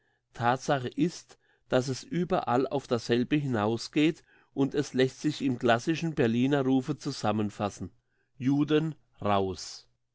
thatsache ist dass es überall auf dasselbe hinausgeht und es lässt sich im classischen berliner rufe zusammenfassen juden